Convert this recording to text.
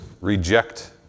reject